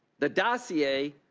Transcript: the dossier